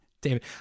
David